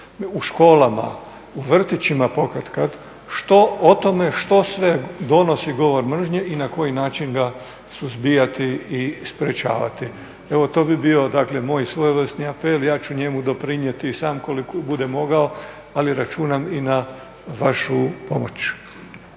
u školama, u vrtićima pokatkad o tome što sve donosi govor mržnje i na koji način ga suzbijati i sprečavati. Evo, to bi bio dakle moj svojevrsni apel. Ja ću njemu doprinijeti i sam koliko budem mogao ali računam i na vašu pomoć.